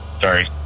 sorry